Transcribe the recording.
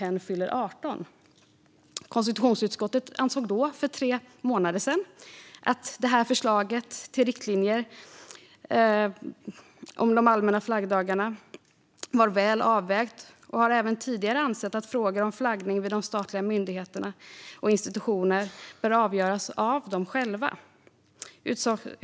En tillfällig allmän flaggdag för att hög-tidlighålla 50-års-dagen av konungens trontillträde Konstitutionsutskottet ansåg då för tre månader sedan att förslaget till riktlinjer om de allmänna flaggdagarna var väl avvägt och har även tidigare ansett att frågor om flaggning vid de statliga myndigheterna och institutionerna bör avgöras av dem själva.